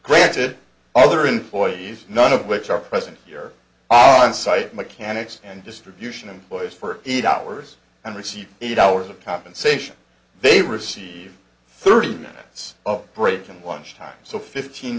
granted other employees none of which are present here on site mechanics and distribution employees for eight hours and receive eight hours of compensation they receive thirty minutes of break and lunch time so fifteen